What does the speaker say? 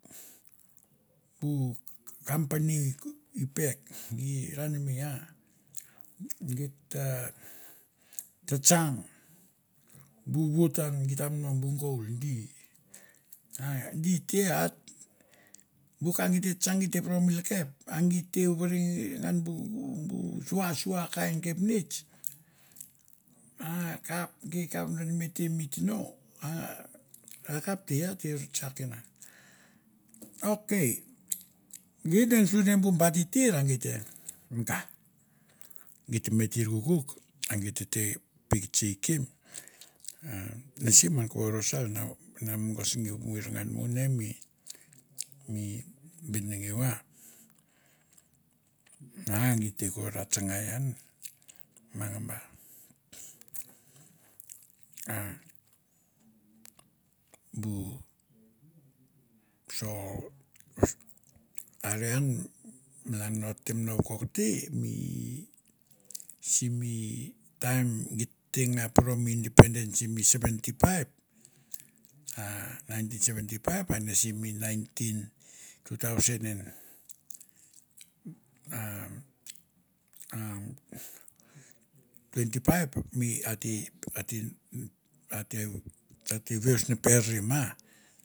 Bu kampani i pek gi ranmei ah geit ta tsa tsang, bu vout an geit tam no, bu gold di, di tea bu ka gi te tsatsang gi te poro mi lakep, a gi te vore ngan bu bu sua sua kain kapnets a kap i kap vodonme te mi tino a kapte a te ra tsak enan. Ok gei deng suri ne bu ba titir a gei te eng, manga geit me tir kokouk a geit tete pektse i kem a nese man kovo rosar na mogosngia moirangan. A bu, so are an malan ot tem no vokok te mi, simi taim git te nga poro mi indepence simi seventy five, a nineteen seventy five a nene simi nineteen two thousand and umm umm twenty five mi ate, ate, ate, ate veus neperiman.